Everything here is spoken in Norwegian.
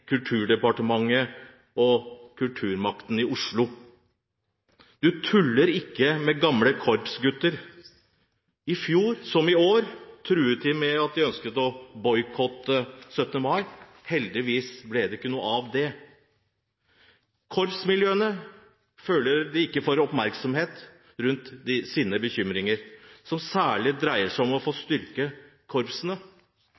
Kulturdepartementet og kulturmakten i Oslo. Du tuller ikke med gamle korpsgutter. I fjor som i år truet de med at de ønsket å boikotte 17. mai. Heldigvis ble det ikke noe av det. Korpsmiljøene føler de ikke får oppmerksomhet rundt sine bekymringer, som særlig dreier seg om å få